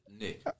Nick